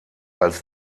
als